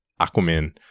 Aquaman